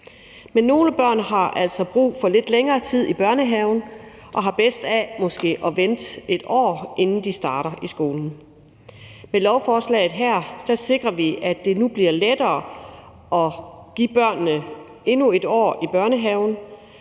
Men nogle børn har altså brug for lidt længere tid i børnehaven og har bedst af måske at vente et år, inden de starter i skolen. Med lovforslaget her sikrer vi, at det nu bliver lettere at give børnene endnu et år i børnehaven.